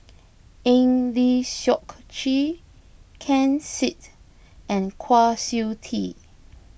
Eng Lee Seok Chee Ken Seet and Kwa Siew Tee